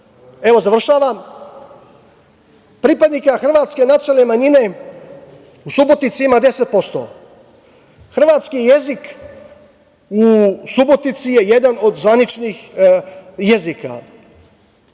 evo, završavam, pripadnika hrvatske nacionalne manjine u Subotici ima 10%, hrvatski jezik u Subotici je jedan od zvaničnih jezika.